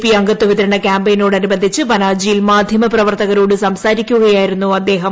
P അംഗത്വ വിതരണ ക്യാമ്പയിനോടനുബന്ധിച്ച് പനാജിയിൽ മാധ്യമ പ്രവർത്തകരോട് സംസാരിക്കുകയായിരുന്നു അദ്ദേഹം